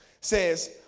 says